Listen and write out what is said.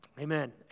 Amen